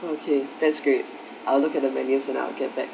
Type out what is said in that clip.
okay that's great I will look at the menu and I will get back